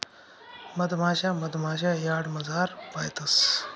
मधमाशा मधमाशा यार्डमझार पायतंस